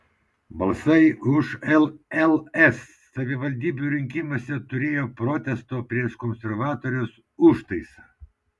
balsai už lls savivaldybių rinkimuose turėjo protesto prieš konservatorius užtaisą